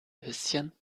bisschen